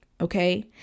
okay